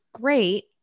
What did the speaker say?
great